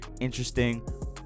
interesting